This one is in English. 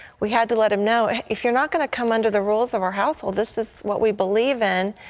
we had to let him know, if you're not going to come under the rules of our household, this is what we believe in,